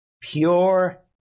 Pure